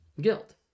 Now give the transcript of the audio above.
guilt